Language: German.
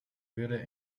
würde